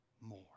more